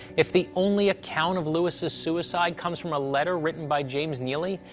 if the only account of lewis' suicide comes from a letter written by james neely,